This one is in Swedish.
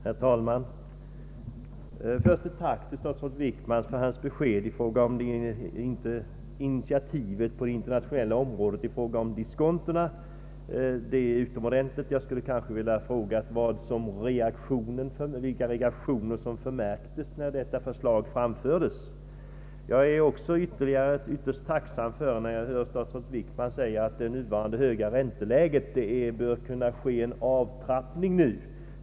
Herr talman! Först ett tack till statsrådet Wickman för hans besked om initiativet på det internationella området i fråga om diskontona. Det är utomordentligt. Jag skulle vilja fråga vilka reaktioner som förmärktes när detta förslag framfördes. Jag är också ytterst tacksam när jag hör statsrådet Wickman säga att det nuvarande höga ränteläget bör kunna avtrappas nu.